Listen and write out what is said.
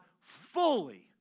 fully